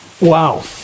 Wow